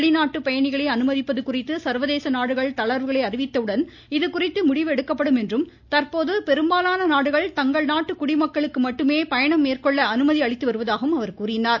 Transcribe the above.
வெளிநாட்டு பயணிகளை அனுமதிப்பது நாடுகள் குறித்து சர்வதேச தளர்வுகளை அறிவித்தவுடன் இதுகுறித்து முடிவு எடுக்கப்படும் என்றும் தற்போது பெரும்பாலான நாடுகள் தங்கள் நாட்டு குடிமக்களுக்கு மட்டுமே பயணம் மேற்கொள்ள அனுமதி அளித்து வருவதாகவும் அவர் கூறினார்